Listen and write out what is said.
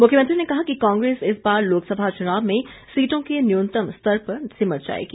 मुख्यमंत्री ने कहा कि कांग्रेस इस बार लोकसभा चुनाव में सीटों के न्यूनतम स्तर पर सिमट जाएगी